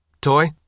toy